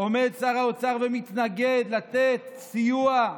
עומד שר האוצר ומתנגד לתת סיוע,